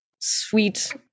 sweet